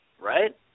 right